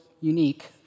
unique